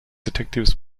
detectives